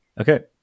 Okay